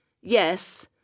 Yes